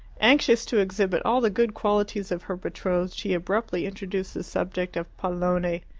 anxious to exhibit all the good qualities of her betrothed, she abruptly introduced the subject of pallone,